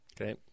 Okay